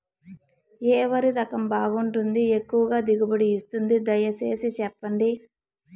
ఏ వరి రకం బాగుంటుంది, ఎక్కువగా దిగుబడి ఇస్తుంది దయసేసి చెప్పండి?